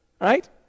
Right